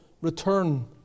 return